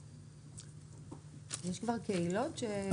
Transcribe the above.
יש כבר קהילות?